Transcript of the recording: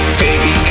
baby